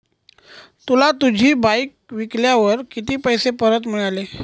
तुला तुझी बाईक विकल्यावर किती पैसे परत मिळाले?